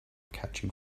catching